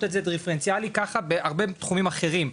את זה דיפרנציאלי ככה בהרבה תחומים אחרים,